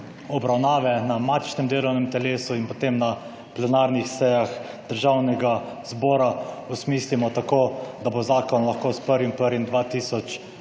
obravnave na matičnem delovnem telesu ter potem na plenarnih sejah Državnega zbora osmislimo tako, da bo zakon lahko s 1. 1. 2024